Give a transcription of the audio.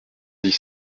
dix